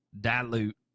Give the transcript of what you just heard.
dilute